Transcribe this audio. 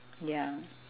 ya